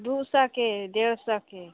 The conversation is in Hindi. दो सौ के डेढ़ सौ के